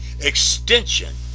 extension